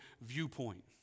viewpoint